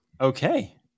Okay